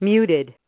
Muted